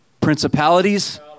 principalities